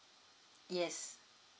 yes